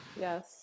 Yes